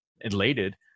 elated